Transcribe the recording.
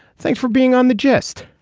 thanks for being on the gist.